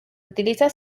utiliza